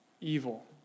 evil